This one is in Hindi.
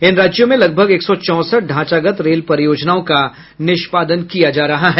इन राज्यों में लगभग एक सौ चौंसठ ढांचागत रेल परियोजनाओं का निष्पादन किया जा रहा है